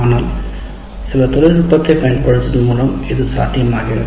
ஆனால் சில தொழில்நுட்பத்தைப் பயன்படுத்துவதன் மூலம் இது சாத்தியமாகிறது